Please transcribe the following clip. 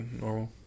normal